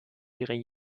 ihren